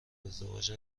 ازدواج